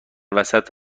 وسط